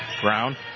Brown